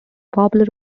popular